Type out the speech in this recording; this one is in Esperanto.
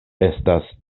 estas